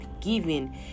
giving